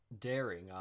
daring